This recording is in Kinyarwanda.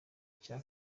cya